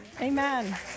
Amen